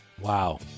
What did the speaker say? Wow